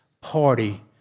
party